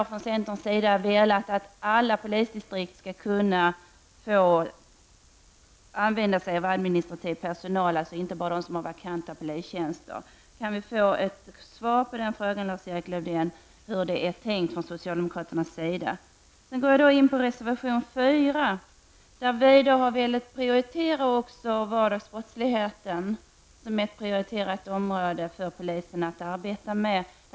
Vi från centern vill att alla polisdistrikt skall kunna få använda sig av administrativ personal, dvs. inte bara de distrikt som har vakanta polistjänster. Jag skulle vilja ha ett svar från Lars-Erik Lövdén på hur socialdemokraterna har tänkt. Reservation 4 handlar om att vi vill prioritera vardagsbrottsligheten.